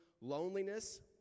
loneliness